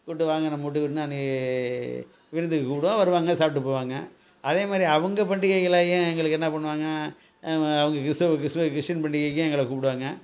கூப்பிட்டு வாங்க நம்ம வீட்டுக்கு விருந்தாடி விருந்துக்கு கூப்பிடுவோம் வருவாங்க சாப்விருந்துக்குபிட்டு போவாங்க அதே மாதிரி அவங்க பண்டிகைகளையும் எங்களுக்கு என்ன பண்ணுவாங்க அவங்க கிறிஸ்துவ கிறிஸ்துவ கிறிஸ்டின் பண்டிகைக்கும் எங்களை கூப்பிடுவாங்க